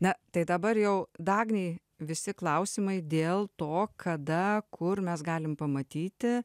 na tai dabar jau dagnei visi klausimai dėl to kada kur mes galim pamatyti